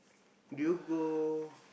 do you go